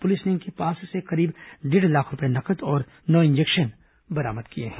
police ने इनके पास से करीब डेढ़ लाख रूपये नगद और नौ इंजेक्शन बरामद किए हैं